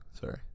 Sorry